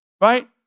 right